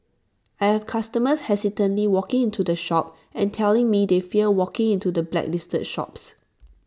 I have customers hesitantly walking into the shop and telling me they fear walking into the blacklisted shops